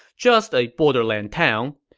just a borderland town.